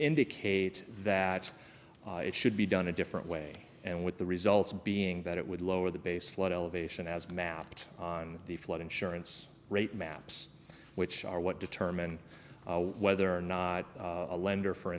indicate that it should be done a different way and with the results being that it would lower the base flood elevation as mapped on the flood insurance rate maps which are what determine whether or not a lender for